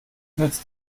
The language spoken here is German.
nützt